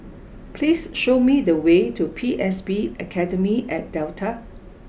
please show me the way to P S B Academy at Delta